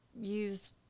use